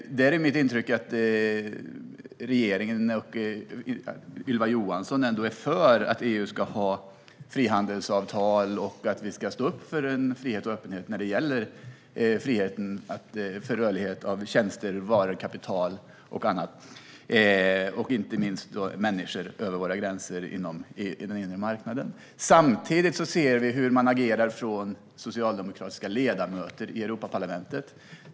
Mitt intryck är att regeringen och Ylva Johansson är för att EU ska ha frihandelsavtal och att vi ska stå upp för frihet och öppenhet när det gäller rörlighet för varor, tjänster, kapital och annat, inte minst för människor, över våra gränser i den inre marknaden. Samtidigt ser vi hur socialdemokratiska ledamöter i Europaparlamentet agerar.